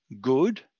good